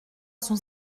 son